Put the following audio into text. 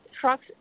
Trucks